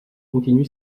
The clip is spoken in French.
continue